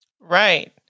Right